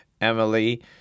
Emily